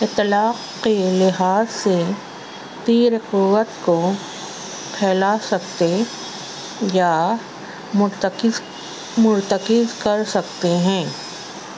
اطلاق کے لحاظ سے تیر قوت کو پھیلا سکتے یا مرتکز مرتکز کر سکتے ہیں